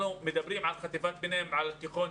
אנחנו מדברים על חטיבת ביניים ועל התיכון,